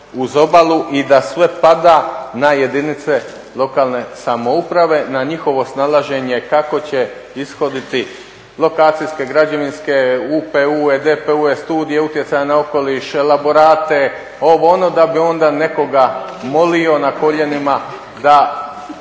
i da sve pada na jedinice lokalne samouprave, na njihovo snalaženje kako će ishoditi lokacijske, građevinske, UPU-e, DPU-e, studije utjecaja na okoliš, laborate, ovo, ono da bi onda nekoga molio na koljenima da